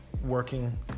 working